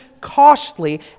costly